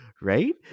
Right